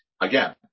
again